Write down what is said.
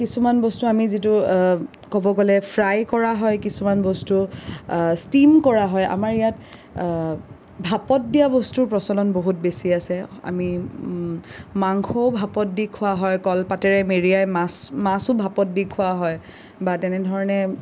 কিছুমান বস্তু আমি যিটো ক'ব গ'লে ফ্ৰাই কৰা হয় কিছুমান বস্তু ষ্টিম কৰা হয় আমাৰ ইয়াত ভাপত দিয়া বস্তুৰ প্ৰচলন বহুত বেছি আছে আমি মাংসও ভাপত দি খোৱা হয় কলপাতেৰে মেৰিয়াই মাছ মাছো ভাপত দি খোৱা হয় বা তেনেধৰণে